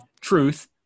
truth